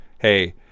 hey